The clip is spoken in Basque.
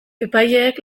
epaileek